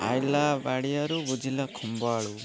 ଆଇଲା ବାଡ଼ି ଆରୁ ବୁଝିଲା ଖମ୍ବଆଳୁ